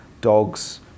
dogs